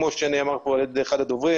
כמו שנאמר כאן על ידי אחד הדוברים,